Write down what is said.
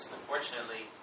unfortunately